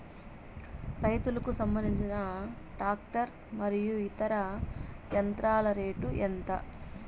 రైతుకు సంబంధించిన టాక్టర్ మరియు ఇతర యంత్రాల రేటు ఎంత?